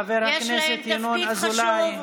חבר הכנסת ינון אזולאי.